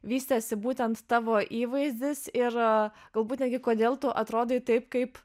vystėsi būtent tavo įvaizdis ir galbūt netgi kodėl tu atrodai taip kaip